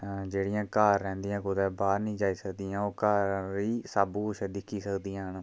जेह्ड़ियां घर रैंह्दियां कुदै बाह्र निं जाई सकदियां ओह् घर रेही सब कुछ दिक्खी सकदियां